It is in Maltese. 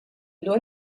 ilu